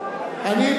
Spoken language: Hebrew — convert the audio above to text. יש קואליציה,